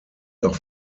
auf